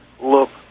look